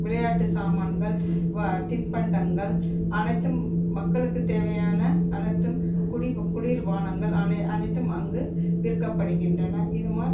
விளையாட்டு சாமான்கள் வா தின்பண்டங்கள் அனைத்தும் மக்களுக்கு தேவையான அனைத்தும் குடி குளிர்பானங்கள் அனி அனைத்தும் அங்கு விற்கப்படுகின்றன இது மா